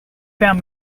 down